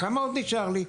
כמה עוד נשאר לי?